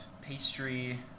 pastry